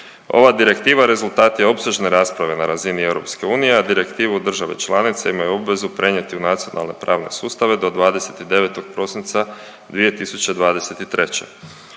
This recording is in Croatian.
Ova direktiva rezultat je opsežne rasprave na razini EU, a direktivu države članice imaju obvezu prenijeti u nacionalne pravne sustave do 29. prosinca 2023..